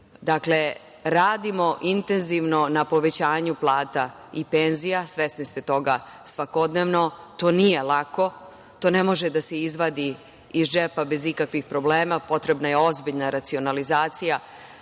upravi. Dakle, radimo intenzivno na povećanju plata i penzija. Svesni ste toga svakodnevno. To nije lako, to ne može da se izvadi iz džepa bez ikakvih problema. Potrebna je ozbiljna racionalizacija,